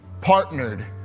partnered